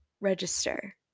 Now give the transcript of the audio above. register